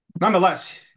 nonetheless